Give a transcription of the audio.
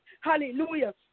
Hallelujah